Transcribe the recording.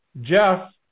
Jeff